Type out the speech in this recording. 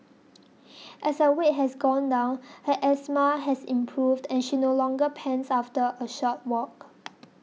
as her weight has gone down her asthma has improved and she no longer pants after a short walk